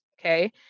okay